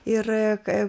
ir kaip